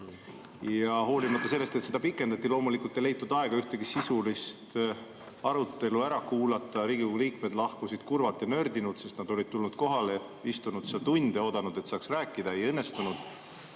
vaatamata protestidele poole kaheni –, loomulikult ei leitud aega ühtegi sisulist arutelu ära kuulata. Riigikogu liikmed lahkusid kurvalt ja nördinult, sest nad olid tulnud kohale, istunud seal tunde ja oodanud, et saaks rääkida, see ei õnnestunud,